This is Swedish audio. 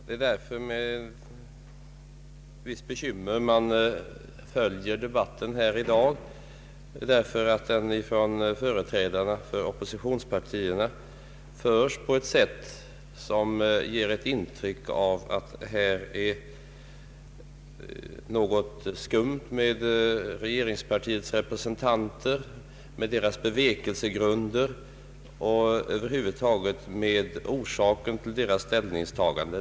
Det är därför man med visst bekymmer följer debatten här i dag, eftersom den av företrädarna för opposionspartierna förs på ett sätt som ger intryck av att det är något skumt med regeringspartiets representanter, med deras bevekelsegrunder och över huvud taget med orsaken till deras ställningstagande.